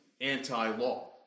anti-law